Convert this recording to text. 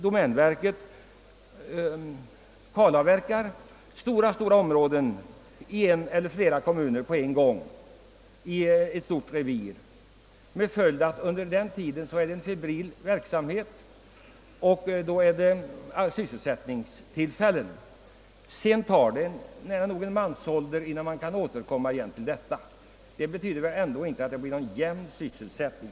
Domänverket avverkar stora områden på en gång inom ett revir. Följden därav blir en febril verksamhet med sysselsättningstillfällen under något år, men sedan tar det nära nog en mansålder innan man kan återkomma med nya avverkningar. Detta skapar inte någon jämn sysselsättning.